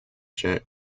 jet